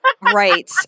Right